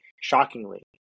shockingly